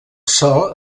sol